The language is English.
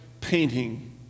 painting